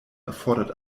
erfordert